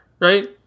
right